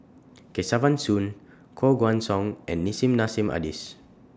Kesavan Soon Koh Guan Song and Nissim Nassim Adis